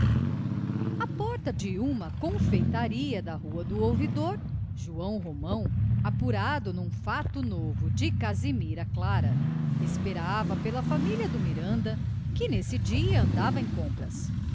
à porta de uma confeitaria da rua do ouvidor joão romão apurado num fato novo de casimira clara esperava pela família do miranda que nesse dia andava em compras